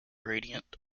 gradient